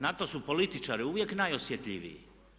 Na to su političari uvijek najosjetljiviji.